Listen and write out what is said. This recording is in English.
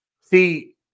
see